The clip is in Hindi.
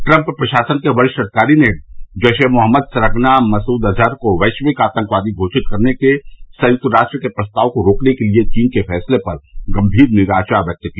ट्रंप प्रशासन के वरिष्ठ अधिकारी ने जैश ए मोहम्मद सरगना मसूद अजहर को वैश्विक आतंकवादी घोषित करने के संयुक्त राष्ट्र प्रस्ताव को रोकने के चीन के फैसले पर गंभीर निराशा व्यक्त की